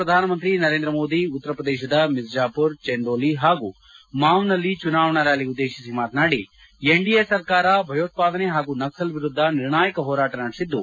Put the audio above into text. ಪ್ರಧಾನಮಂತ್ರಿ ನರೇಂದ್ರ ಮೋದಿ ಉತ್ತರ ಪ್ರದೇಶದ ಮಿರ್ಜಾಪುರ್ ಚೆಂದೋಲಿ ಹಾಗೂ ಮಾವ್ನಲ್ಲಿ ಚುನಾವಣಾ ರ್ಕಾಲಿ ಉದ್ದೇಶಿಸಿ ಮಾತನಾಡಿ ಎನ್ಡಿಎ ಸರ್ಕಾರ ಭಯೋತ್ಪಾದನೆ ಹಾಗೂ ನಕ್ಸಲ್ ವಿರುದ್ಧ ನಿರ್ಣಾಯಕ ಹೋರಾಟ ನಡೆಸಿದ್ದು